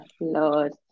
Lord